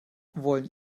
wollen